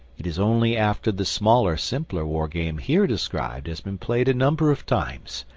it is only after the smaller simpler war game here described has been played a number of times,